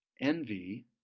envy